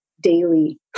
daily